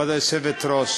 כבוד היושבת-ראש,